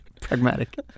Pragmatic